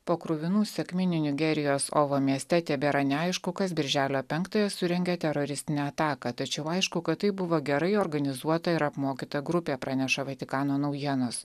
po kruvinų sekminių nigerijos ovo mieste tebėra neaišku kas birželio penktąją surengė teroristinę ataką tačiau aišku kad tai buvo gerai organizuota ir apmokyta grupė praneša vatikano naujienos